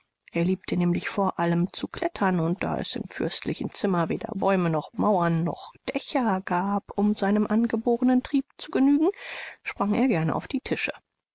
er liebte nämlich vor allem zu klettern und da es im fürstlichen zimmer weder bäume noch mauern noch dächer gab um seinem angeborenen trieb zu genügen sprang er gern auf die tische